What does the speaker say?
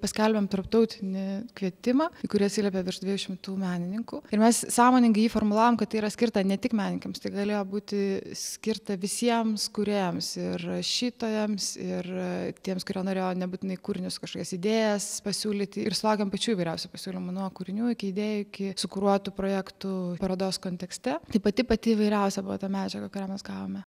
paskelbėm tarptautinį kvietimą kurį atsiliepė virš dviejų šimtų menininkų ir mes sąmoningai jį formulavom kad tai yra skirta ne tik menininkams tai galėjo būti skirta visiems kūrėjams ir rašytojams ir tiems kurie norėjo nebūtinai kūrinius kažkokias idėjas pasiūlyti ir sulaukėme pačių įvairiausių pasiūlymų nuo kūrinių idėjų iki sukruotų projektų parodos kontekste tai pati pati įvairiausia buvo ta medžiaga kurią mes gavome